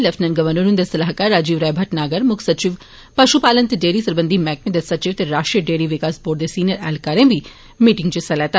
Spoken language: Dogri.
लेफ्टिनेंट गवर्नर हंदे सलाहकार राजीव राय भटनागर मुक्ख सचिव पशु पालन ते डेयरी सरबंधी मैहकमे दे सचिव ते राष्ट्री डेयरी विकास बोर्ड दे सीनियर ऐहलकारें बी मीटिंग च हिस्सा लैता